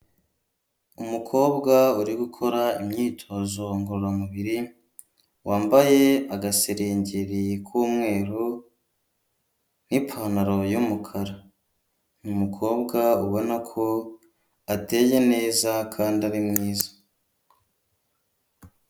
Umukobwa uri gukora imyitozo ngororamubiri wambaye agaserengeri k'umweru n'ipantaro y'umukara, ni umukobwa ubona ko ateye neza kandi ari mwiza.